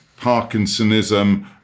Parkinsonism